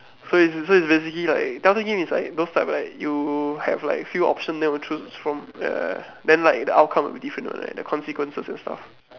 so is so is basically like telltale games is like those type like you have like a few option and then will choose from yeah then like the outcome will be different [what] like the consequences and stuff